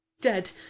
dead